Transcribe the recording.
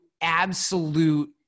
absolute